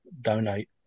donate